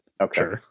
okay